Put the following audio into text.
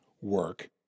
work